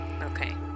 Okay